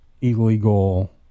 illegal